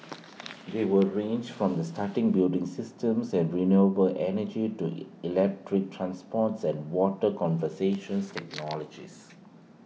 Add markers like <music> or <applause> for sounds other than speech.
<noise> they will range from the starting building systems and renewable energy to electric transports and water conservations technologies